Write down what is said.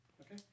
okay